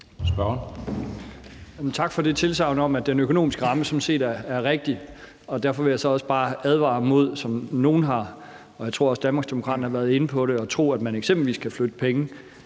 Tak for det tilsagn om, at den økonomiske ramme sådan set er rigtig. Derfor vil jeg så også bare advare mod at tro, som nogle har været inde på, og jeg tror også, at Danmarksdemokraterne har været inde på det, at man eksempelvis kan flytte penge